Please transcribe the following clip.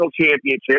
championship